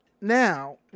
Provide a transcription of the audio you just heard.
Now